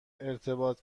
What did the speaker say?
ارتباط